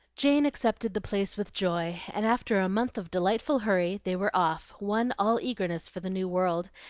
jane accepted the place with joy and after a month of delightful hurry they were off, one all eagerness for the new world,